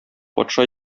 патша